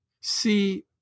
See